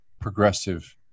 progressive